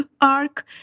Arc